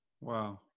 Wow